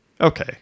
Okay